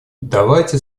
давайте